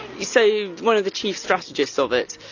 so one of the chief strategists so of it,